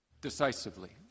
Decisively